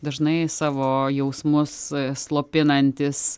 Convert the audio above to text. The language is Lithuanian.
dažnai savo jausmus slopinantys